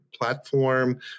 platform